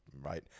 right